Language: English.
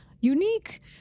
unique